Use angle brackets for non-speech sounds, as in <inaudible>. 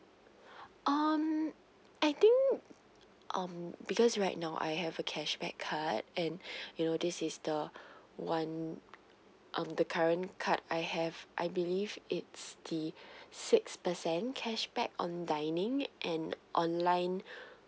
<breath> um I think um because right now I have a cashback card and <breath> you know this is the one um the current card I have I believe it's the <breath> six percent cashback on dining and online <breath>